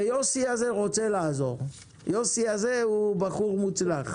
ויוסי רוצה לעזור, יוסי הוא בחור מוצלח.